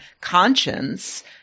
conscience